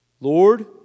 Lord